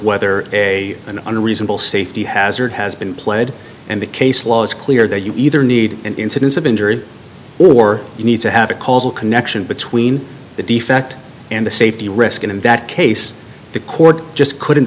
whether a an unreasonable safety hazard has been played and the case law is clear that you either need an incidence of injury or you need to have a causal connection between the defect and the safety risk and in that case the court just couldn't